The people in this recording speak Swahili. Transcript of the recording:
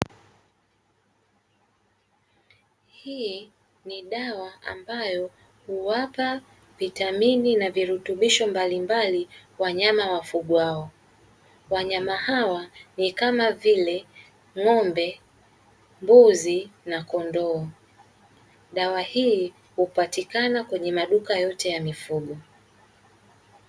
Hii ni dawa ambayo huwapa vitamini na virutubisho mbalimbali wanyama wafugwao, wanyama hao ni Kama vile ng'ombe, mbuzi na kondoo. Dawa hii hupatikani kwenye maduka yote ya mifugo.